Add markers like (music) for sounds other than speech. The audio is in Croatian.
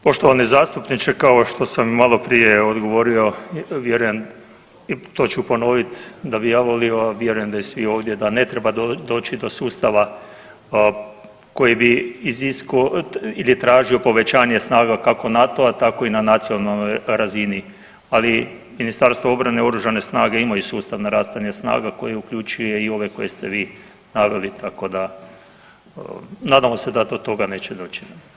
Poštovani zastupniče, kao što sam i maloprije odgovorio, vjerujem i to ću ponoviti da bi ja volio, a vjerujem da i svi ovdje da ne treba doći do sustava koji bi .../nerazumljivo/... ili tražio povećanje snaga kako NATO-a, tako i na nacionalnoj razini, ali Ministarstvo obrane i Oružane snage imaju sustavna ... (unintelligible) snaga koje uključuje i ove koje ste vi naveli, tako da, nadamo se da do toga neće doći.